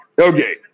Okay